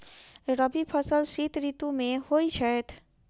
रबी फसल शीत ऋतु मे होए छैथ?